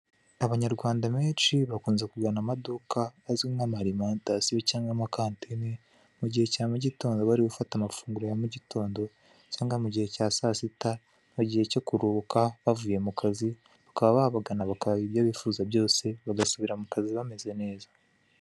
Abanyarwanda benshi bakunze kugana amaduka azwi nk'amalimantasiyo cyangwa amakantine, mu gihe cya mugitondo bari gufata amafunguro ya mugitondo cyangwa mu gihe cya sa sita, mu gihe cyo kuruhuka bavuye mu kazi. Bakaba babagana bakabaha ibyo bifuza buose, bagasubira mu kazi bameze neza.